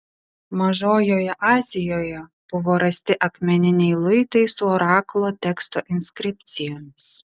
mažojoje azijoje buvo rasti akmeniniai luitai su orakulo teksto inskripcijomis